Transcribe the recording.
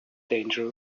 danger